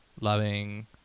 Loving